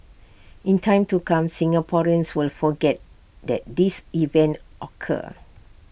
in time to come Singaporeans will forget that this event occur